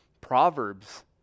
Proverbs